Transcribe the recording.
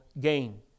gain